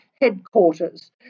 headquarters